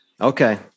Okay